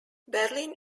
berlin